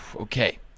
Okay